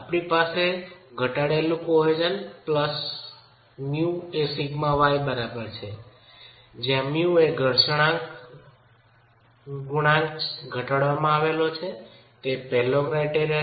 આપણી પાસે ઘટાડેલા કોહેસન પ્લસ μ એ σy બરાબર છે જ્યાં μ એ ઘર્ષણ ગુણાંક ઘટાડવામાં આવે છે તે પ્રથમ ક્રાયટેરિયા છે